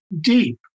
deep